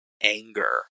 anger